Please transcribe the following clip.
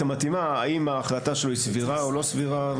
המתאימה האם ההחלטה שלו היא סבירה או לא סבירה,